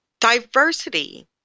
Diversity